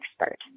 expert